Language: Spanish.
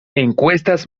encuestas